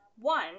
One